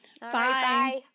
Bye